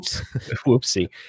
Whoopsie